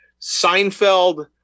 Seinfeld